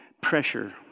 pressure